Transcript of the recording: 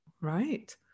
right